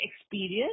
experience